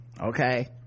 okay